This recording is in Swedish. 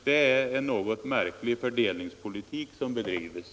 Det är en något märklig fördelningspolitik som bedrivs.